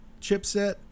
chipset